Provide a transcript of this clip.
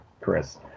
Chris